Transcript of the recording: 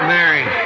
Mary